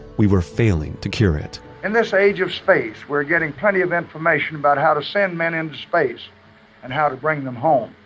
we were failing to cure it in this age of space, we're getting plenty of information about how to send men into and space and how to bring them home.